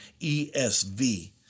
ESV